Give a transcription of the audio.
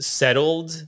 settled